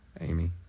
Amy